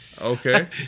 Okay